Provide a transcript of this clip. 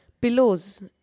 pillows